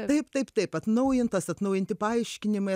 taip taip taip atnaujintas atnaujinti paaiškinimai